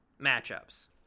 matchups